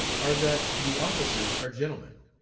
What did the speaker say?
are that the officers are gentlemen,